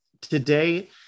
today